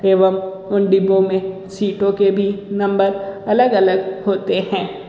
एवं उन डिब्बों में सीटों के भी नंबर अलग अलग होते हैं